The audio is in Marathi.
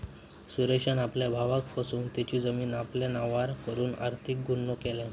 सुरेशान आपल्या भावाक फसवन तेची जमीन आपल्या नावार करून आर्थिक गुन्हो केल्यान